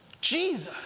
Jesus